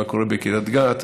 מה קורה בקרית גת,